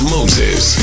Moses